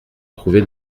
trouvé